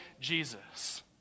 Jesus